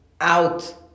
out